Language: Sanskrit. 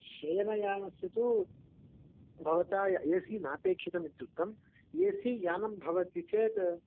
शयनयानस्य तु भवता ए सि नापेक्षितमित्युक्तम् ए सि यानं भवति चेत्